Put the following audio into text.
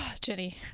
Jenny